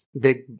big